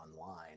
online